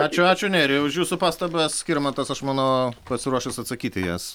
ačiū ačiū nerijau už jūsų pastabas skirmantas aš manau pasiruošęs atsakyti į jas